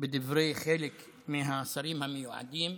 בדברי חלק מהשרים המיועדים.